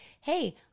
Hey